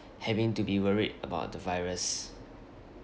having to be worried about the virus